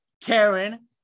Karen